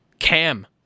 Cam